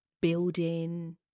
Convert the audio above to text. building